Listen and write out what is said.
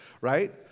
right